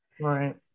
Right